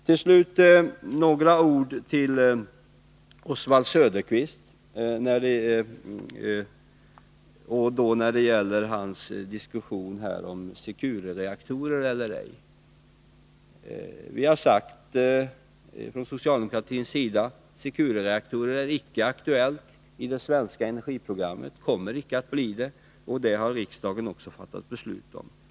Till slut några ord till Oswald Söderqvist med anledning av hans diskussion om Secure-reaktorer. Vi har från socialdemokratins sida sagt att Securereaktorer icke är aktuella i det svenska energiprogrammet — och de kommer icke att bli det. Det har också riksdagen fattat beslut om.